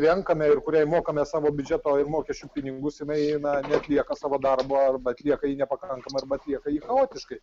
renkame ir kuriai mokame savo biudžeto ir mokesčių pinigus jinai na neatlieka savo darbo arba atlieka jį nepakankamai arba atlieka jį chaotiškai